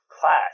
class